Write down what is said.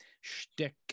shtick